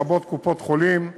לרבות קופות-חולים,